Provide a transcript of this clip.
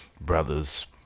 brothers